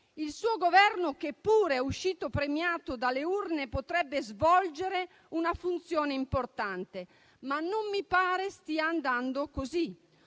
Il suo Governo, che pure è uscito premiato dalle urne, potrebbe svolgere una funzione importante, ma non mi pare stia andando così.